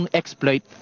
exploit